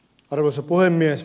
arvoisa puhemies